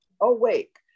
awake